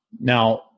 Now